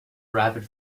rapid